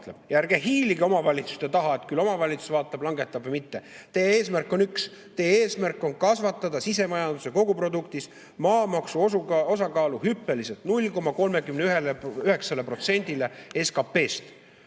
ärge hiilige omavalitsuste taha, et küll omavalitsus vaatab, kas langetab või mitte. Teie eesmärk on üks: teie eesmärk on kasvatada sisemajanduse koguproduktis maamaksu osakaalu hüppeliselt 0,39%‑le SKP‑st.